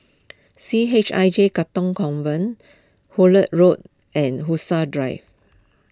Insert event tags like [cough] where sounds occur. C H I J Katong Convent Hullet Road and [unintelligible] Drive